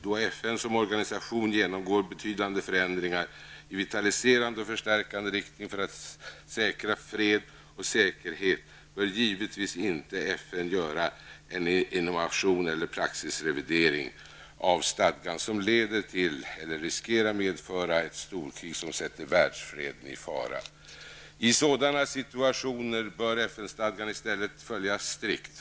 Då FN som organisation genomgår betydande förändringar i vitaliserande och förstärkande riktning för att säkra fred och säkerhet, bör givetvis inte FN göra en innovation eller praxisrevidering av stadgan som leder till eller riskerar medföra ett storkrig som sätter världsfreden i fara. I sådana situationer bör FN-stadgan i stället följas strikt.